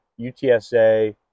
UTSA